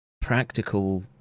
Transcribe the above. practical